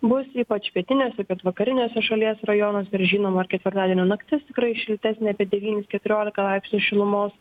bus ypač pietiniuose pietvakariniuose šalies rajonuose ir žinoma ir ketvirtadienio naktis tikrai šiltesnė apie devynis keturiolika laipsnių šilumos